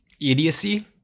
idiocy